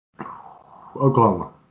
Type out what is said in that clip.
Oklahoma